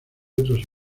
otros